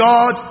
God